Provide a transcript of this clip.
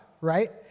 right